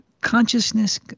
consciousness